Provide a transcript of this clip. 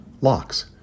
locks